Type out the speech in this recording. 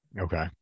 Okay